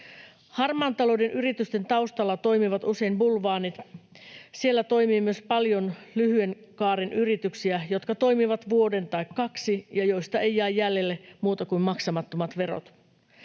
Harmaan talouden yritysten taustalla toimivat usein bulvaanit, ja siellä toimii myös paljon lyhyen kaaren yrityksiä, jotka toimivat vuoden tai kaksi ja joista ei jää jäljelle muuta kuin maksamattomat verot.